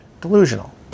Delusional